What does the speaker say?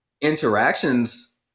interactions